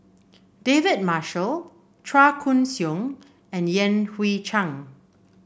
David Marshall Chua Koon Siong and Yan Hui Chang